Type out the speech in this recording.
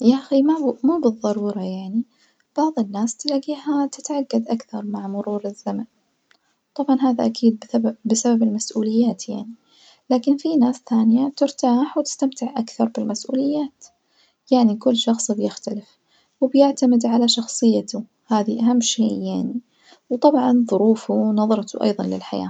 يا أخي ما بالظرورة يعني بعض الناس تلاجيها تتعجد أكثر مع مرور الزمن، وطبعًا هذا أكيد بسب- بسبب المسؤوليات يعني، لكن في ناس تانية ترتاح وتستمتع أكثر بالمسؤوليات يعني كل شخص بيختلف وبيعتمد على على شخصيته هذي أهم شي يعني وطبعًا ظروفه ونظرته أيضًا للحياة.